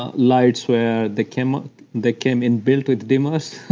ah lights where they came ah they came in built with dimmers,